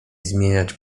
zmieniać